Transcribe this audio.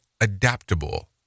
adaptable